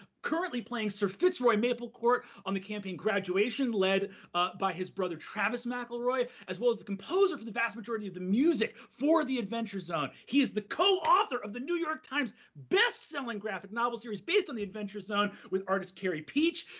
currently playing sir fitzroy maplecourt on the campaign graduation, led by his brother travis mcelroy, as well as the composer for the vast majority of the music for the adventure zone. he is the coauthor of the new york times best-selling graphic novel series based on the adventure zone with artist carey pietsch,